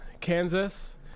Kansas